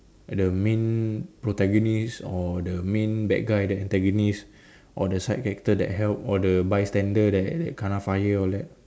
the main protagonist or the main bad guy the antagonist or the side character that help or the bystander that that kena fire all that